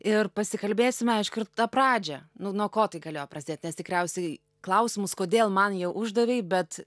ir pasikalbėsime aišku ir tą pradžią nu nuo ko tai galėjo prasidėt nes tikriausiai klausimus kodėl man jau uždavei bet